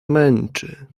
męczy